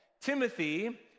Timothy